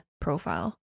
profile